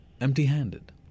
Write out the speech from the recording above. empty-handed